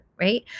right